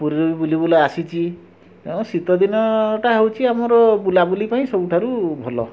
ପୁରୀରୁ ବୁଲି ବୁଲା ଆସିଛି ତେଣୁ ଶୀତ ଦିନଟା ହେଉଛି ଆମର ବୁଲାବୁଲି ପାଇଁ ସବୁଠାରୁ ଭଲ